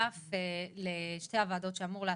מתנדב של איחוד הצלה, גם אם הוא לא מחובר